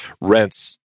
Rents